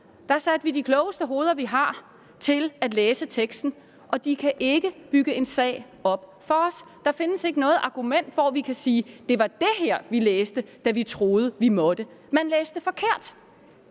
fejl, satte vi de klogeste hoveder, vi har, til at læse teksten, og de kunne ikke bygge en sag op for os. Der findes ikke noget argument for, at vi kan sige: Det var det her, vi læste, da vi troede, vi måtte. Man læste forkert.